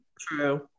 True